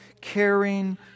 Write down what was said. caring